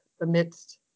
amidst